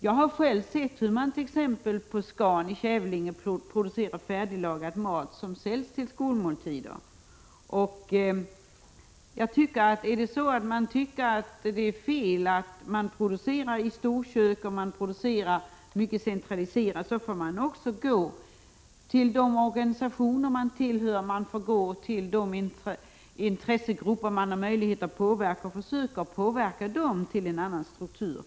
Jag har själv sett hur man t.ex. på Scan i Kävlinge producerar färdiglagad mat som säljs till skolmåltider. Tycker man det är fel att producera i storkök under centraliserade former, då får man också gå till de organisationer man tillhör och de intressegrupper man har möjlighet att påverka och försöka få dem till en annan struktur.